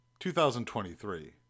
2023